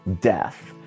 death